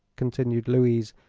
continued louise,